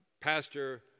Pastor